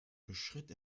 bestritt